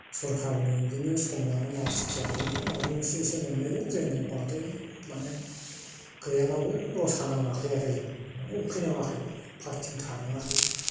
सरखारनि बिदिनो सम लानानै मासखियानो माइरं एसे एसे मोननायजों जोंनिया बांद्राय माने गैयाब्लाबो रसा नाङाखै आरोखि जों माने उखै नाङाखै फास्टिं थानाङाखै